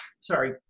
sorry